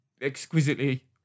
exquisitely